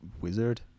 wizard